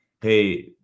hey